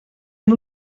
amb